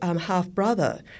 half-brother